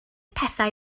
pethau